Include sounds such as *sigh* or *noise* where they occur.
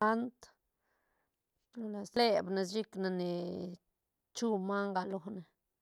*hesitation* *unintelligible* leb ne chic ne ni chu manga lone.